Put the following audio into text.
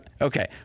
okay